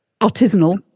artisanal